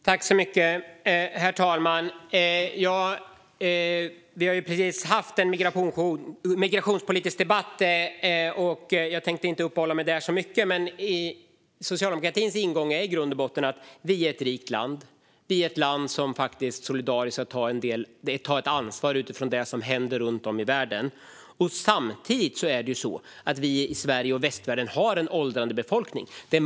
Herr talman! Vi har ju precis haft en migrationspolitisk debatt, så jag tänkte inte uppehålla mig så mycket vid de frågorna. Men socialdemokratins ingång är i grund och botten att vi är ett rikt land som solidariskt ska ta ett ansvar mot bakgrund av det som händer runt om i världen. Samtidigt har vi i Sverige och i västvärlden en åldrande befolkning.